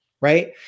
right